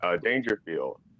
Dangerfield